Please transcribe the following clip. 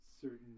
certain